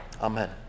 Amen